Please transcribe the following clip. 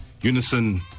unison